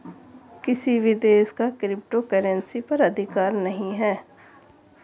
किसी भी देश का क्रिप्टो करेंसी पर अधिकार नहीं है